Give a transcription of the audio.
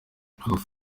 amafi